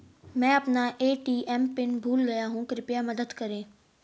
मैं अपना ATM pin भूल गया हूँ कृपया मदद करें